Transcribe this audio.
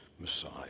Messiah